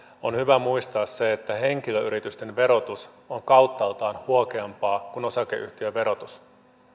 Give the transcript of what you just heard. on hyvä muistaa se että henkilöyritysten verotus on kauttaaltaan huokeampaa kuin osakeyhtiöverotus